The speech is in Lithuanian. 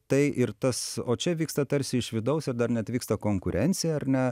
tai ir tas o čia vyksta tarsi iš vidaus ir dar net vyksta konkurencija ar ne